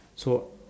so